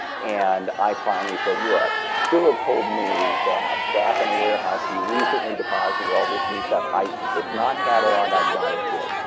and i finally said look, philip told me that back in the warehouse he recently deposited all this new stuff. it's not cataloged, i've got to see it.